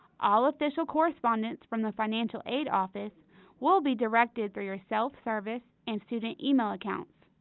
all official correspondence from the financial aid office will be directed through your self-service and student email accounts.